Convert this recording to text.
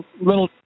little